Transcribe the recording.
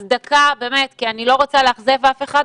אז שיבטלו את הצהרונים, להיות הוגנים עד הסוף.